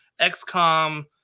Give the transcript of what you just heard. XCOM